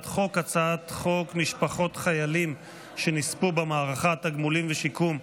חוק משפחות חיילים שנספו במערכה (תגמולים ושיקום)